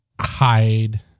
hide